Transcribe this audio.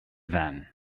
then